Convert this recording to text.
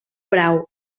brau